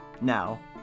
now